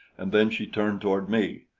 and then she turned toward me.